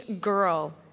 girl